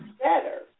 better